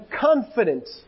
confident